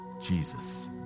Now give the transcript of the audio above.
Jesus